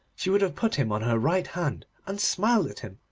she would have put him on her right hand, and smiled at him,